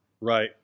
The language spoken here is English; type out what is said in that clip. Right